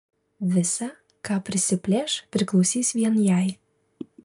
visa ką prisiplėš priklausys vien jai